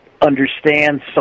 understand